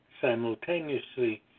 simultaneously